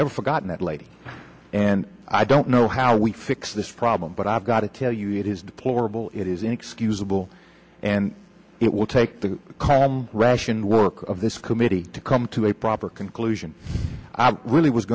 never forgotten that lady and i don't know how we fix this problem but i've got to tell you it is deplorable it is inexcusable and it will take the ration of this committee to come to a proper conclusion really was